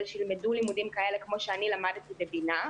שילמדו לימודים כאלה כמו שאני למדתי בבינ"ה,